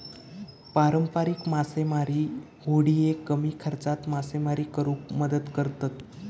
पारंपारिक मासेमारी होडिये कमी खर्चात मासेमारी करुक मदत करतत